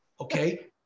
Okay